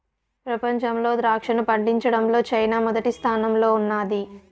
ప్రపంచంలో ద్రాక్షను పండించడంలో చైనా మొదటి స్థానంలో ఉన్నాది